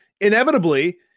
inevitably